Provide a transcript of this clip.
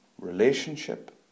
relationship